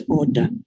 order